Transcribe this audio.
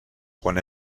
quan